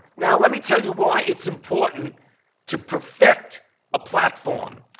now let me tell you why it's important to perfect a platform,